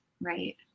Right